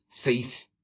thief